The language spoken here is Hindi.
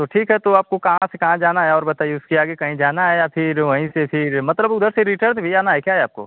तो ठीक है तो आपको कहाँ से कहाँ जाना है और बताइए उसके आगे कहीं जाना है या फिर वहीं से फिर मतलब उधर से रिटर्न भी आना है क्या आपको